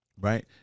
Right